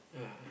yeah